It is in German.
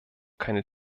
keine